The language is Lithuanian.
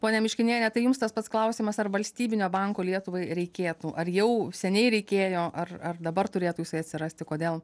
ponia miškiniene tai jums tas pats klausimas ar valstybinio banko lietuvai reikėtų ar jau seniai reikėjo ar ar dabar turėtų jisai atsirasti kodėl